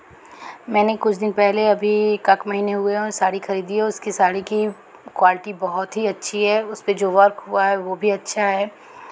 मैंने कुछ दिन पहले अभी एकाक महीने हुए हैं साड़ी खरीदी है उसकी साड़ी की क्वालिटी बहुत ही अच्छी है उसपे जो वर्क हुआ है वो भी अच्छा है